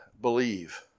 believe